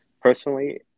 Personally